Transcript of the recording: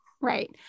Right